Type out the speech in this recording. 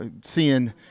seeing